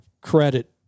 credit